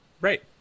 Right